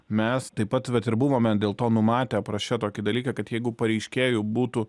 mes taip pat vat ir buvome dėl to numatę apraše tokį dalyką kad jeigu pareiškėjų būtų